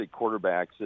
quarterbacks